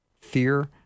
fear